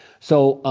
so